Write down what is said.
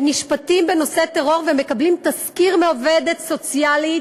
נשפטים בנושא טרור ומקבלים תסקיר מעובדת סוציאלית,